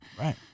Right